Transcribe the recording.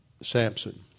Samson